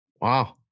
Wow